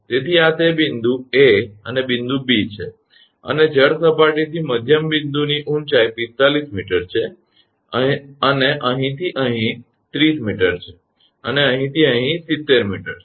તેથી આ તે એક બિંદુ 𝐴 અને બિંદુ 𝐵 છે અને જળ સપાટીથી મધ્યમ બિંદુની ઊંચાઇ 45 𝑚 છે અને અહીંથી અહીં 30 𝑚 છે અને અહીંથી અહીં 70 𝑚 છે